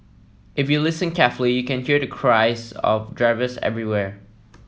if you listen carefully you can hear the cries of drivers everywhere